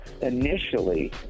Initially